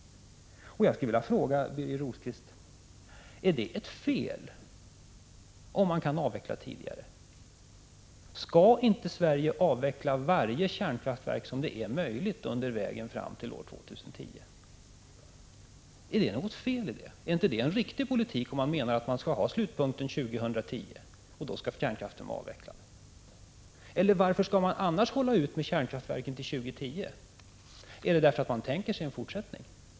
Jag skulle vilja fråga Birger Rosqvist: Är det fel om man kan avveckla kärnkraften tidigare? Skall inte Sverige avveckla varje kärnkraftverk som det är möjligt att avveckla under tiden fram till år 2010? Är det något feli det? Är inte det en riktig politik, om man menar att man skall ha slutpunkten för kärnkraften år 2010? Varför skall man hålla ut med kärnkraftverk till år 2010? Är anledningen att Birger Rosqvist tänker sig en fortsättning?